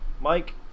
Mike